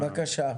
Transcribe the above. בקשה.